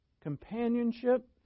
companionship